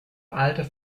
alter